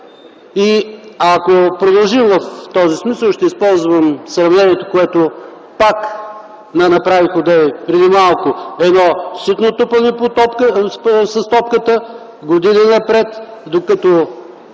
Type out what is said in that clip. се продължи в този смисъл, ще използвам сравнението, което направих одеве – едно ситно тупане с топката години напред, докато